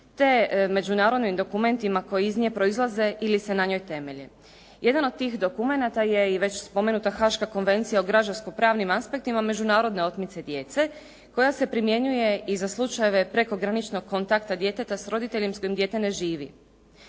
te međunarodnim dokumentima koji iz nje proizlaze ili se na njoj temelje. Jedan od tih dokumenata je i već spomenuta haaška Konvencija o građanskopravnim aspektima međunarodne otmice djece koja se primjenjuje i za slučajeve prekograničnog kontakta djeteta s roditeljem s kojim dijete ne živi.